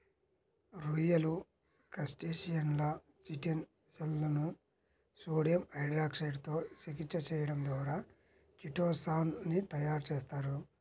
రొయ్యలు, క్రస్టేసియన్ల చిటిన్ షెల్లను సోడియం హైడ్రాక్సైడ్ తో చికిత్స చేయడం ద్వారా చిటో సాన్ ని తయారు చేస్తారు